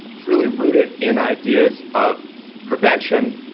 that's really rooted in ideas of prevention,